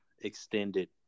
extended